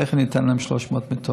אז איך אני אתן להם 300 מיטות?